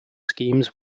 schemes